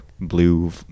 blue